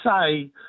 say